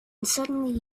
suddenly